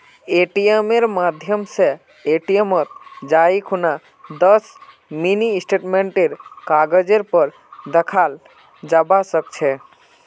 एटीएमेर माध्यम स एटीएमत जाई खूना दस मिनी स्टेटमेंटेर कागजेर पर दखाल जाबा सके छे